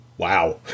Wow